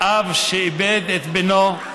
אב שאיבד את בנו,